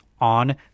On